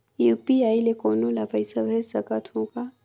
UPI ले कोनो ला पइसा भेज सकत हों का?